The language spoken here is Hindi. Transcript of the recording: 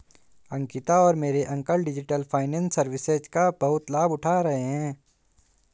अंकिता और मेरे अंकल डिजिटल फाइनेंस सर्विसेज का बहुत लाभ उठा रहे हैं